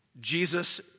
Jesus